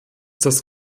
das